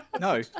No